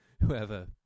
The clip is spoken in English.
whoever